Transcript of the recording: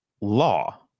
law